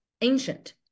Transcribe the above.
ancient